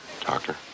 doctor